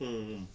mm mm